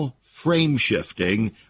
frame-shifting